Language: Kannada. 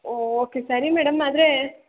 ಒ ಓಕೆ ಸರಿ ಮೇಡಮ್ ಆದರೆ